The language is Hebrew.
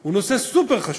הוא נושא סופר-חשוב.